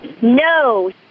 no